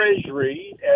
treasury